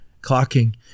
clocking